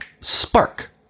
spark